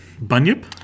Bunyip